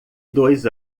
dois